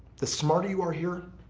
the smarter you are here,